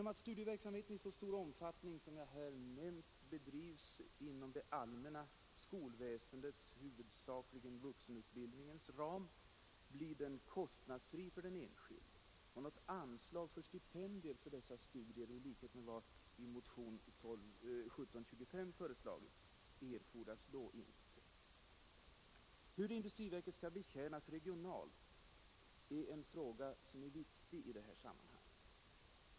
Om studieverksamheten i så stor omfattning som jag här nämnt bedrivs inom det allmänna skolväsendets, huvudsakligen vuxenutbildningens, ram blir den kostnadsfri för den enskilde, och något anslag till stipendier för dessa studier — i likhet med vad som föreslagits i motionen 1725 — erfordras då inte. Hur industriverket skall betjänas regionalt är en fråga som är viktig i detta sammanhang.